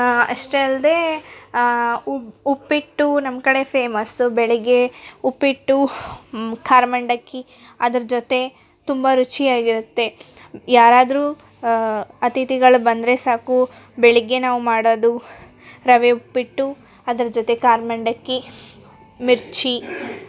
ಆ ಅಷ್ಟೇ ಅಲ್ಲದೇ ಉಪ್ಪಿಟ್ಟು ನಮ್ಮ ಕಡೆ ಫೇಮಸ್ಸು ಬೆಳಗ್ಗೆ ಉಪ್ಪಿಟ್ಟು ಖಾರ ಮಂಡಕ್ಕಿ ಅದ್ರ ಜೊತೆ ತುಂಬ ರುಚಿಯಾಗಿರುತ್ತೆ ಯಾರಾದರೂ ಅತಿಥಿಗಳು ಬಂದರೆ ಸಾಕು ಬೆಳಗ್ಗೆ ನಾವು ಮಾಡೋದು ರವೆ ಉಪ್ಪಿಟ್ಟು ಅದ್ರ ಜೊತೆ ಖಾರ ಮಂಡಕ್ಕಿ ಮಿರ್ಚಿ